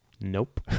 Nope